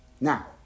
now